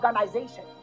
organization